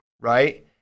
Right